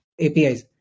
APIs